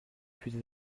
plus